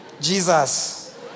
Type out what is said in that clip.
Jesus